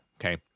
Okay